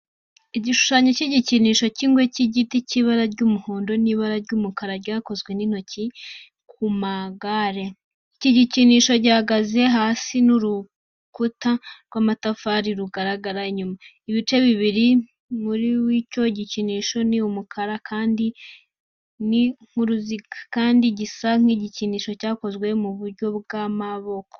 Igishushanyo cy'igikinisho cy'ingwe cy'igiti cy'ibara ry'umuhondo n'ibara ry'umukara cyakozwe n'intoki ku magare. Igikinisho gihagaze hasi n'urukuta rw'amatafari rugaragara inyuma. Ibice biri ku mubiri w'icyo gikinisho ni umukara kandi ni nk'uruziga, kandi gisa n'igikinisho cyakozwe mu buryo bw'amaboko.